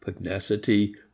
pugnacity